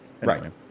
right